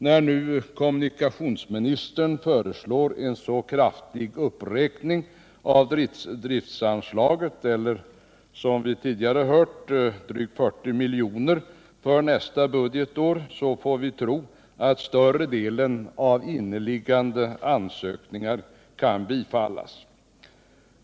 När nu kommunikationsministern föreslår en så kraftig uppräkning av driftsanslaget som denna — en ökning med drygt 40 milj.kr. nästa budgetår — får vi tro att större delen av inneliggande ansökningar kan bifallas.